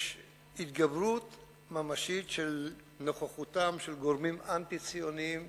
יש התגברות ממשית של נוכחותם של גורמים אנטי-ציוניים,